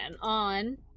on